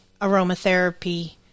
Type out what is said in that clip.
aromatherapy